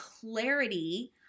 clarity